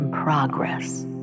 progress